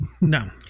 No